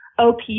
OP